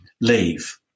leave